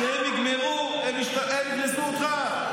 כשהם יגמרו, הם ירמסו אותך.